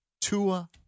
Tua